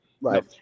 Right